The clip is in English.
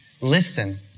Listen